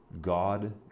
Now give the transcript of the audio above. God